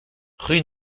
rue